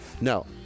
no